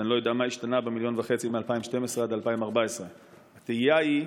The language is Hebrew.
אז אני לא יודע מה השתנה ב-1.5 מיליון מ-2012 ועד 2014. התהייה היא: